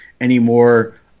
anymore